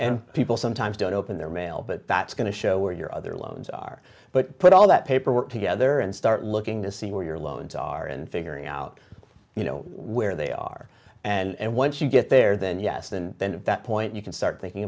people sometimes don't open their mail but that's going to show where your other loans are but put all that paperwork together and start looking to see where your loans are and figuring out you know where they are and once you get there then yes and then that point you can start thinking